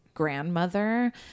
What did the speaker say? Grandmother